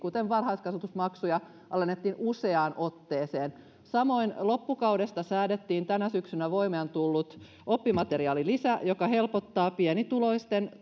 esimerkiksi varhaiskasvatusmaksuja alennettiin useaan otteeseen samoin loppukaudesta säädettiin tänä syksynä voimaan tullut oppimateriaalilisä joka helpottaa pienituloisten